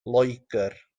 loegr